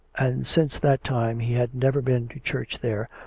and since that time he had never been to church there,